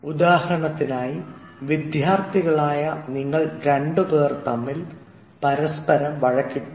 ഉദാഹരണത്തിന് വിദ്യാർത്ഥികളായ നിങ്ങൾ രണ്ടുപേർ തമ്മിൽ പരസ്പരം വഴക്കിട്ടു